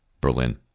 Berlin